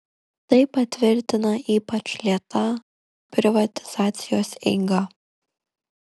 tai patvirtina ypač lėta privatizacijos eiga